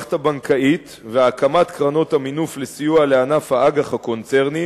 למערכת הבנקאית והקמת קרנות המינוף לסיוע לענף האג"ח הקונצרני,